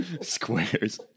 Squares